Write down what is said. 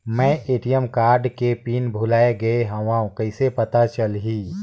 मैं ATM card के pin भुलाए गे हववं कइसे पता चलही?